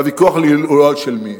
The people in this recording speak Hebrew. והוויכוח הוא לא על של מי,